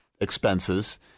expenses